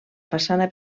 façana